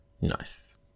nice